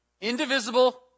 Indivisible